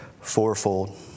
fourfold